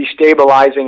destabilizing